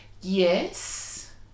Yes